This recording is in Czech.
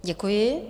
Děkuji.